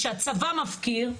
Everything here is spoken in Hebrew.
שהצבא מפקיר,